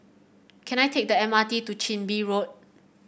can I take the M R T to Chin Bee Road